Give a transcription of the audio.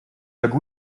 wieder